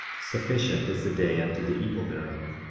sufficient is the day unto the evil thereof.